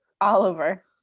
Oliver